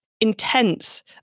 intense